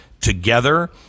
together